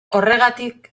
horregatik